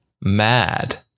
mad